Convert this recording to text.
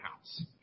house